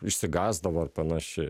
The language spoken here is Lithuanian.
išsigąsdavo ar panašiai